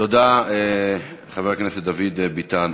תודה, חבר הכנסת דוד ביטן.